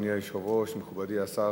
מכובדי השר,